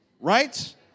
Right